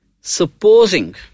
Supposing